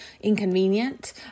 inconvenient